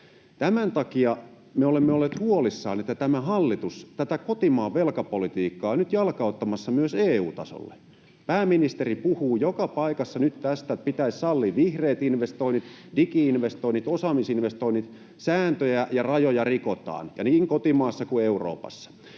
Tämän takia me olemme olleet huolissamme, että tämä hallitus on tätä kotimaan velkapolitiikkaa nyt jalkauttamassa myös EU-tasolle. Pääministeri puhuu joka paikassa nyt tästä, että pitäisi sallia vihreät investoinnit, digi-investoinnit, osaamisinvestoinnit. Sääntöjä ja rajoja rikotaan niin kotimaassa kuin Euroopassa.